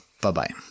Bye-bye